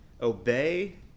Obey